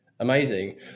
Amazing